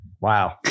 Wow